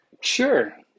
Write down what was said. Sure